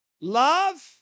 love